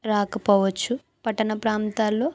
రాకపోవచ్చు పట్టణ ప్రాంతాల్లో